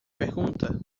pergunta